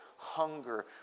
hunger